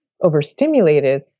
overstimulated